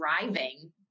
driving